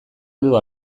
heldu